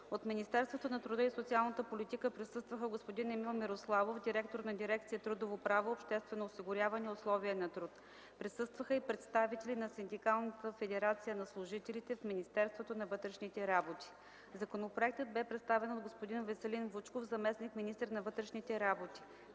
от Министерството на труда и социалната политика присъства господин Емил Мирославов, директор на дирекция „Трудово право, обществено осигуряване и условия на труд”; присъстваха и представители на Синдикалната федерация на служителите в Министерството на вътрешните работи. Законопроектът бе представен от господин Веселин Вучков, заместник-министър на вътрешните работи.